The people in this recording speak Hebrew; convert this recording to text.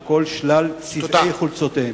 על כל שלל צבעי חולצותיהן.